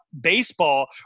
baseball